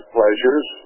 pleasures